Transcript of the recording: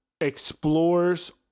explores